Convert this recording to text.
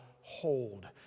hold